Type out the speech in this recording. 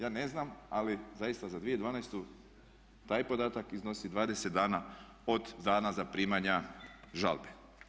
Ja ne znam ali zaista za 2012. taj podatak iznosi 20 dana od dana zaprimanja žalbe.